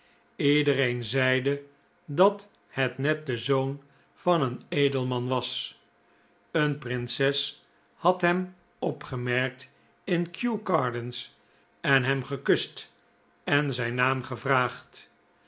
iedereen zeide dat het net de zoon van een edelman was een prinses had hem opgemerkt in kew gardens en hem gekust en zijn naam gevraagd